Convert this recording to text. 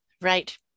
Right